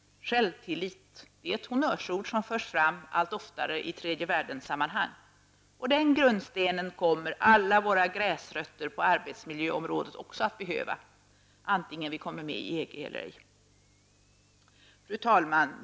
Självtillit är ett honnörsord som förs fram allt oftare i tredjevärlden-sammanhang. Den grundstenen kommer alla vår gräsrötter på arbetsmiljöområdet också att behöva, antingen vi kommer med i EG eller ej. Fru talman!